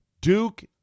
Duke